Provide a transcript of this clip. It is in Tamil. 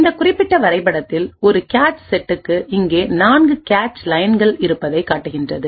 இந்த குறிப்பிட்ட வரைபடத்தில்ஒரு கேச்செட்டுக்கு இங்கே 4 கேச்லயன்கள் இருப்பதைக் காட்டுகிறது